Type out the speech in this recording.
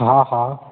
हा हा